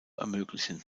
ermöglichen